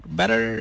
better